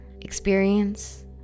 experience